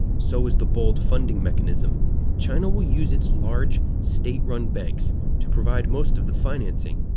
so is the bold funding mechanism china will use its large, state-run banks to provide most of the financing,